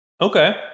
okay